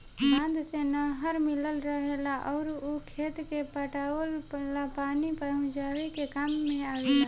बांध से नहर मिलल रहेला अउर उ खेते के पटावे ला पानी पहुचावे के काम में आवेला